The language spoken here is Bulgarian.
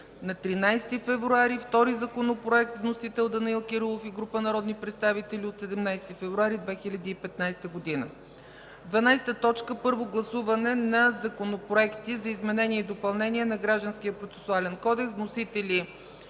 на 13 февруари 2015 г., втори законопроект – вносители Данаил Кирилов и група народни представители на 17 февруари 2015 г. 12. Първо гласуване на законопроекти за изменение и допълнение на Гражданския процесуален кодекс. Вносители: